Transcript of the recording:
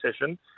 session